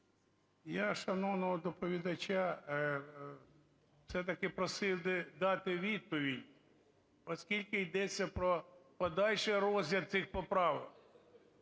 Я шановного доповідача все-таки просив би дати відповідь, оскільки йдеться про подальший розгляд цих поправок.